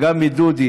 וגם עם דודי,